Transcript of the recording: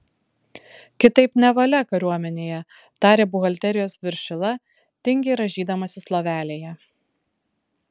kitaip nevalia kariuomenėje tarė buhalterijos viršila tingiai rąžydamasis lovelėje